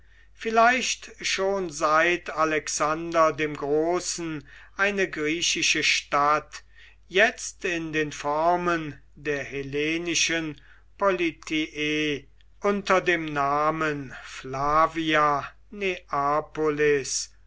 vielleicht schon seit alexander dem großen eine griechische stadt jetzt in den formen der hellenischen politie unter dem namen